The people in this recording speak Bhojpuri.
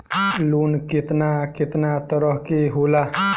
लोन केतना केतना तरह के होला?